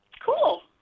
Cool